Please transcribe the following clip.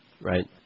Right